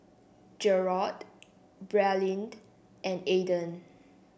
Gerold Bradyn and Ayden